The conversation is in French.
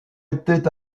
été